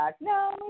No